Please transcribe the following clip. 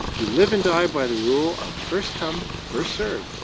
you live and die by the rule of first come, first served.